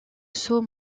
saut